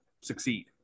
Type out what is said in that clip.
succeed